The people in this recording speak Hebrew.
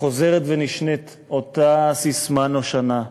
חוזרת ונשנית אותה ססמה ישנה: